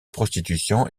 prostitution